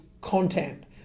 content